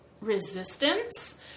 resistance